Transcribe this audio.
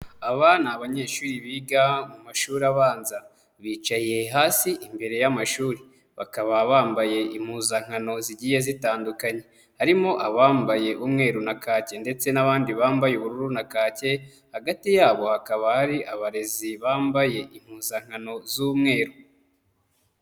Aba ni abanyeshuri biga mu mashuri abanza bicaye hasi imbere y'amashuri. Bakaba bambaye impuzankano zigiye zitandukanye. Harimo abambaye umweru na kake ndetse n'abandi bambaye ubururu na kake. Hagati yabo hakaba hari abarezi bambaye impuzankano z'umweru.